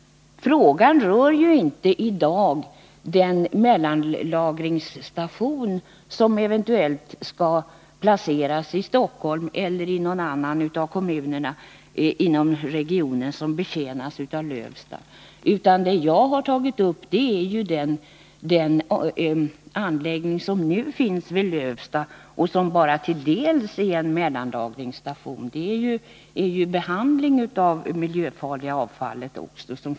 Frågan i dag rör inte den mellanlagringsstation som eventuellt skall placeras i Stockholm eller någon annan av kommunerna inom den region som betjänas av Lövsta. Det jag har tagit upp till diskussion är anläggningen som nu finns vid Lövsta och som bara till dels är en mellanlagringsstation — där sker också behandling av det miljöfarliga avfallet.